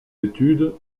études